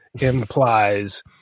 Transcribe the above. implies